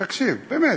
תקשיב, באמת.